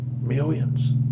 millions